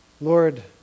Lord